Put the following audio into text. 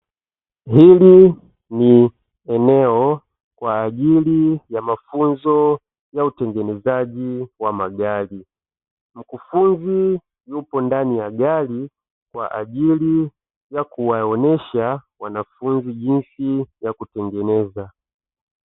Hili ni eneo kwa ajili ya mafunzo ya utengenezaji wa magari, mkufunzi yupo ndani ya gari kwa ajili ya kuwaonesha wanafunzi jinsi ya kutengeneza.